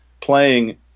playing